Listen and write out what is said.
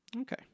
Okay